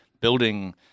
building